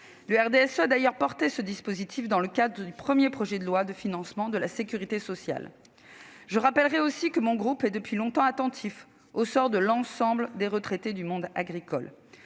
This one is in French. du RDSE a d'ailleurs défendu ce dispositif dans le cadre de l'examen du dernier projet de loi de financement de la sécurité sociale. Je rappellerai aussi que mon groupe est depuis longtemps attentif au sort de l'ensemble des retraités du monde agricole